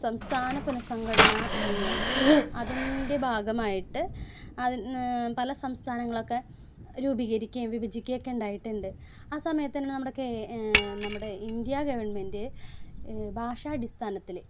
സംസ്ഥാന പുനഃസംഘടനാ നിയമം അതിൻ്റെ ഭാഗമായിട്ട് അത് പല സംസ്ഥാനങ്ങളൊക്കെ രൂപീകരിക്കുകയും വിഭജിക്കുകയൊക്കെ ഉണ്ടായിട്ടുണ്ട് ആ സമയത്ത് തന്നെ നമ്മുടെ നമ്മുടെ ഇന്ത്യാ ഗവൺമെൻ്റ് ഭാഷാടിസ്ഥാനത്തിൽ